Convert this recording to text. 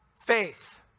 faith